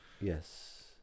Yes